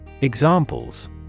Examples